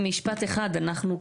משפט אחד אנחנו,